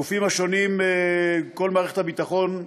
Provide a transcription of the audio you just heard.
הגופים השונים, כל מערכת הביטחון,